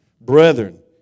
Brethren